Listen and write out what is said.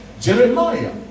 Jeremiah